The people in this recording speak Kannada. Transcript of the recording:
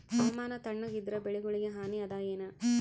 ಹವಾಮಾನ ತಣುಗ ಇದರ ಬೆಳೆಗೊಳಿಗ ಹಾನಿ ಅದಾಯೇನ?